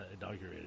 inaugurated